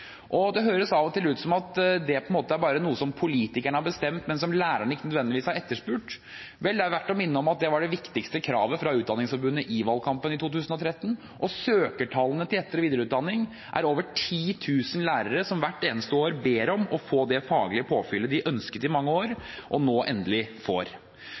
videreutdanning. Det høres av og til ut som at det bare er noe som politikerne har bestemt, men som lærerne ikke nødvendigvis har etterspurt. Det er verdt å minne om at det var det viktigste kravet fra Utdanningsforbundet i valgkampen i 2013. Søkertallet til etter- og videreutdanning er på over 10 000 lærere, som hvert eneste år ber om å få det faglige påfyllet de ønsket i mange år – og som nå endelig